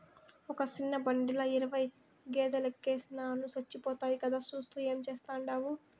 ఒక సిన్న బండిల ఇరవై గేదేలెనెక్కిస్తే సచ్చిపోతాయి కదా, సూత్తూ ఏం చేస్తాండావు